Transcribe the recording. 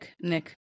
Nick